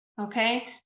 okay